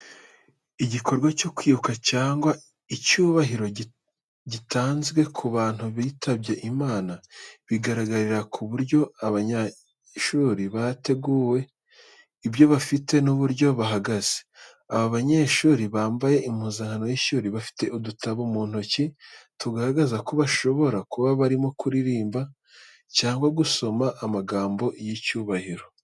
Igikorwa cyo kwibuka cyangwa icyubahiro gitanzwe ku bantu bitabye Imana, bigaragarira ku buryo aba banyeshuri bateguwe, ibyo bafite n’uburyo bahagaze. Aba banyeshuri bambaye impuzankano y'ishuri bafite udutabo mu ntoki, tugaragaza ko bashobora kuba barimo kuririmba cyangwa gusoma amagambo y’icyubahiro.